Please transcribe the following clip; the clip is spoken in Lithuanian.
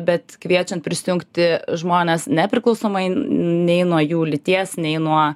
bet kviečiant prisijungti žmones nepriklausomai nei nuo jų lyties nei nuo